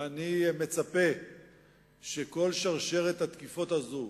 ואני מצפה שכל שרשרת התקיפות הזו